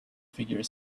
figure